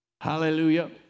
Hallelujah